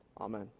Amen